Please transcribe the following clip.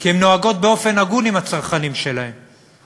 כי הן נוהגות באופן הגון עם הצרכנים שלהן,